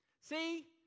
See